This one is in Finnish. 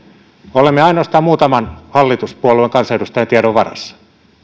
olemme ainoastaan muutaman hallituspuolueen kansanedustajan tiedon varassa